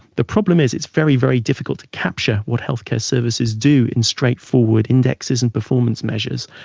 the problem is, it's very, very difficult to capture what health care services do in straightforward indexes and performance measures,